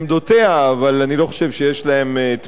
אבל אני לא חושב שיש להן תמיכה נכבדה,